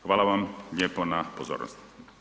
Hvala vam lijepo na pozornosti.